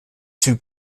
too